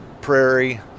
prairie